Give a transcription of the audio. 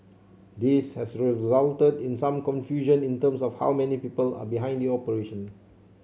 this has resulted in some confusion in terms of how many people are behind the operation